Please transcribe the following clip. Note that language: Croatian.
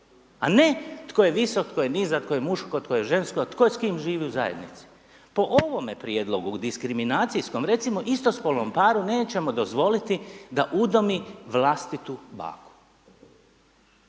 a ne tko je visok, tko je nizak, tko je muško, tko je žensko, tko s kim živi u zajednici. Po ovome prijedlogu, diskriminacijskom, recimo istospolnom paru, nećemo dozvoliti da udomi vlastitu baku.